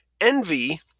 envy